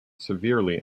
severely